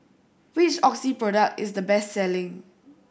which Oxy product is the best selling